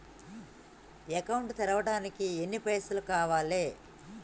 Account తెరవడానికి ఎన్ని పైసల్ కావాలే?